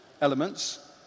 elements